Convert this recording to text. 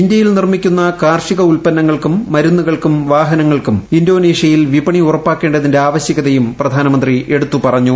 ഇന്ത്യയിൽ നിർമ്മിക്കുന്ന കാർഷിക ഉൽപ്പന്നീങ്ങൾക്കും മരുന്നുകൾക്കും വാഹനങ്ങൾക്കും ഇന്തോനേഷ്യയിൽ വിപ്പെണി ഉറപ്പാക്കേണ്ടതിന്റെ ആവശ്യകതയും പ്രധാനമന്തി എടുത്തും പറഞ്ഞു